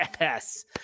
yes